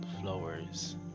flowers